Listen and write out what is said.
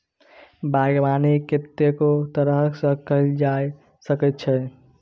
बागबानी कतेको तरह सँ कएल जा सकै छै